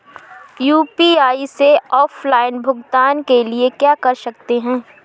UPI से offline भुगतान के लिए क्या कर सकते हैं?